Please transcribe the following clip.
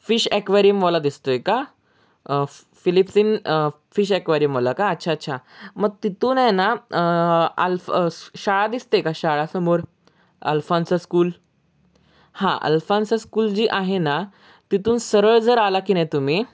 fish ॲक्वॅरियमवाला दिसतो आहे का फिलिप्स इन फिश ॲक्वॅरियमवाला का अच्छा अच्छा मग तिथून आहे ना आल्फ शाळा दिसते का शाळा समोर अल्फान्सा स्कूल हां अल्फान्सा स्कूल जी आहे ना तिथून सरळ जर आला की नाही तुम्ही